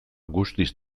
guztiz